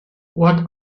what